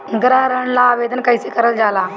गृह ऋण ला आवेदन कईसे करल जाला?